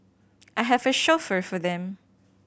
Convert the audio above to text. I have a chauffeur for them